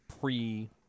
pre